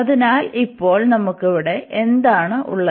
അതിനാൽ ഇപ്പോൾ നമുക്ക് ഇവിടെ എന്താണ് ഉള്ളത്